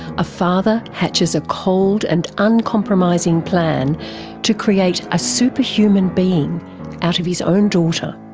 a father hatches a cold and uncompromising plan to create a superhuman being out of his own daughter.